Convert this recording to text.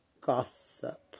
gossip